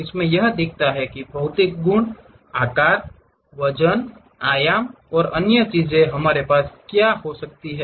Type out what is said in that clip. इसमें यह दिखाता है कि भौतिक गुण आकार वजन आयाम और अन्य चीजें हमारे पास क्या हो सकती हैं